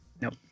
Nope